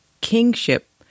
kingship